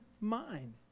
mind